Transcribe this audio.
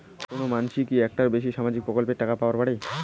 কোনো মানসি কি একটার বেশি সামাজিক প্রকল্পের টাকা পাবার পারে?